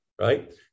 right